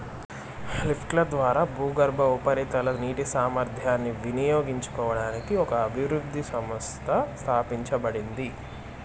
లిఫ్ట్ల ద్వారా భూగర్భ, ఉపరితల నీటి సామర్థ్యాన్ని వినియోగించుకోవడానికి ఒక అభివృద్ధి సంస్థ స్థాపించబడింది